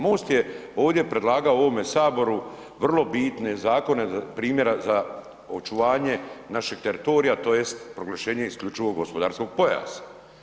MOST je ovdje predlagao u ovome Saboru vrlo bitne zakone, primjera za očuvanje našeg teritorija tj. proglašenje isključivog gospodarskog pojasa.